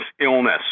illness